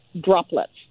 droplets